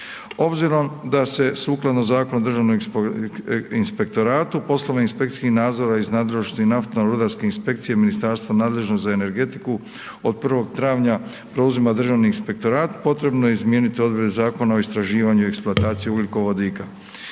Obzirom da se sukladno Zakonu o Državnom inspektoratu, posebno inspekcijske nadzore iz nadležnosti naftno-rudarskih inspekcija ministarstva nadležnog za energetiku od 1. travnja preuzima Državni inspektorat, potrebno je izmijeniti odredbe Zakona o istraživanju i eksploataciji ugljikovodika.